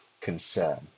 concern